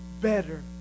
better